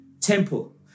temple